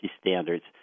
standards